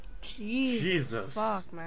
Jesus